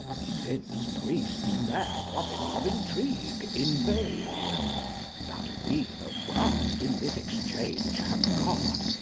since priests their province of intrigue invade but we the worst in this exchange have got,